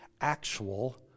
actual